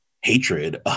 hatred